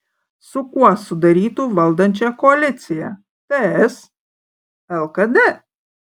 su kuo sudarytų valdančią koaliciją ts lkd